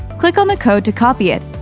click on the code to copy it